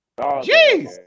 Jeez